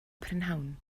prynhawn